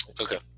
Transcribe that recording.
Okay